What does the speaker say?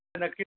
नक्कीच